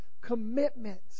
commitment